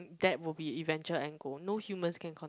that will be eventual end goal no humans can con~